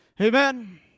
Amen